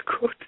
good